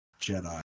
Jedi